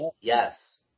yes